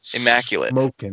immaculate